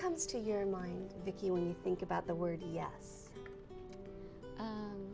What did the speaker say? comes to your mind vicki when we think about the word